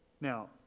Now